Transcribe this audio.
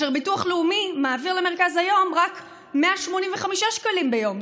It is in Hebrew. ביטוח לאומי מעביר למרכז היום רק 185 שקלים ביום,